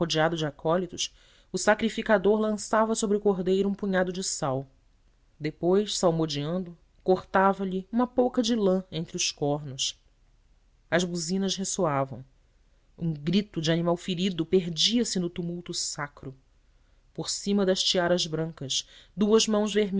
rodeado de acólitos o sacrificador lançava sobre o cordeiro um punhado de sal depois salmodiando cortavalhe uma pouca de lã entre os cornos as buzinas ressoavam um grito de animal ferido perdia-se no tumulto sacro por cima das tiaras brancas duas mãos